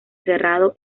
cerrado